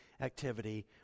activity